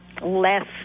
less